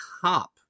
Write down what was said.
top